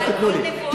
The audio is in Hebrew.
לא תיתנו לי.